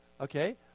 okay